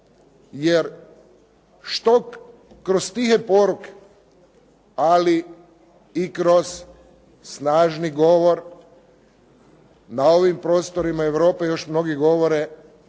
Jer što kroz tihe poruke, ali i kroz snažni govor na ovim prostorima Europe još mnogi govore